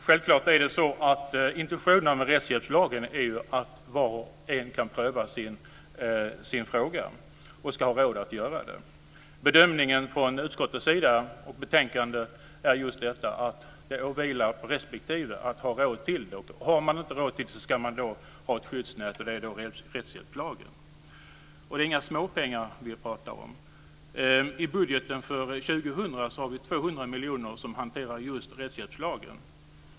Fru talman! Självklart är intentionerna med rättshjälpslagen att var och en ska kunna pröva sin fråga och ha råd att göra det. Bedömningen från utskottets sida i betänkandet är just att det åvilar respektive att ha råd till det. Har man inte råd till det ska man ha ett skyddsnät. Det är rättshjälpslagen. Det är inga små pengar vi pratar om. I budgeten för år 2000 har vi 200 miljoner under hantering av just rättshjälpslagen.